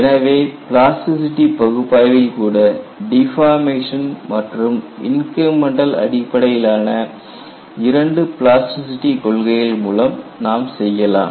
எனவே பிளாஸ்டிசிட்டி பகுப்பாய்வில் கூட டிபார்மேஷன் மற்றும் இன்கிரிமெண்டல் அடிப்படையிலான 2 பிளாஸ்டிசிட்டி கொள்கைகள் மூலம் நாம் செய்யலாம்